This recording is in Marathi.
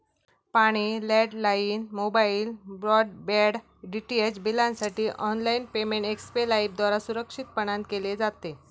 पाणी, लँडलाइन, मोबाईल, ब्रॉडबँड, डीटीएच बिलांसाठी ऑनलाइन पेमेंट एक्स्पे लाइफद्वारा सुरक्षितपणान केले जाते